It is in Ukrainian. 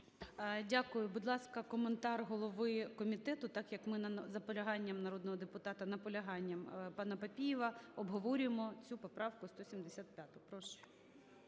Дякую. Будь ласка, коментар голови комітету, так як ми за поляганням народного депутата… наполяганням пана Папієва обговорюємо цю поправку 175. Прошу.